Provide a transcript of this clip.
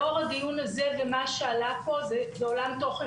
לאור הדיון הזה ומה שעלה פה, וזה עולם תוכן